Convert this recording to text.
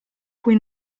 cui